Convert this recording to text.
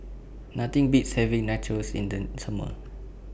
Nothing Beats having Nachos in The Summer